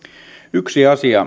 yksi asia